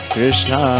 Krishna